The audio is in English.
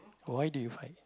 why do you fight